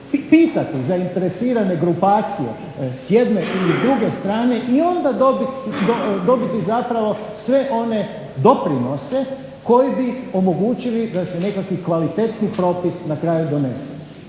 pitati zainteresirane grupacije s jedne i s druge strane i onda dobiti zapravo sve one doprinose koji bi omogućili da se nekakvi kvalitetni propis na kraju donese.